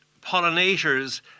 pollinators